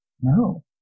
no